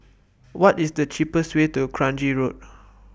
What IS The cheapest Way to Kranji Road